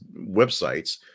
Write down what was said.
websites